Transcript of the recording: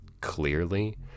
clearly